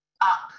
up